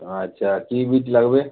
আচ্ছা কি বীজ লাগবে